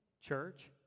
church